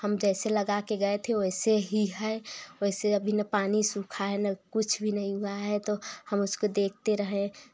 हम जैसे लगा कर गए थे वैसे ही है वैसे अभी न पानी सूखा है न कुछ भी नहीं हुआ है तो हम उसको देखते रहे